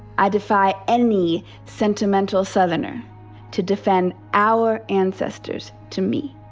i defy any sentimental southerner to defend our ancestors to me.